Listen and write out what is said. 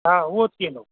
हा उहो थी वेंदो